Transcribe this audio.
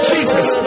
Jesus